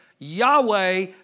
Yahweh